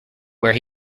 where